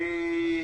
בסדר.